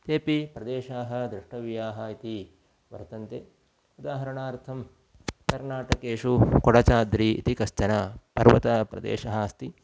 तेपि प्रदेशाः द्रष्टव्याः इति वर्तन्ते उदाहरणार्थं कर्णाटकेषु कोडचाद्रि इति कश्चन पर्वतप्रदेशः अस्ति